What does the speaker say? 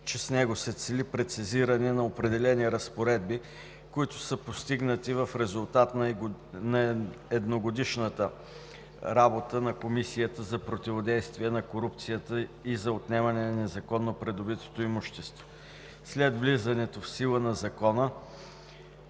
че с него се цели прецизиране на определени разпоредби, които са постигнати в резултат на едногодишната работа на Комисията за противодействие на корупцията и за отнемането на незаконно придобитото имущество след влизането в сила на Закона.